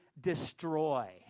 destroy